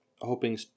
hoping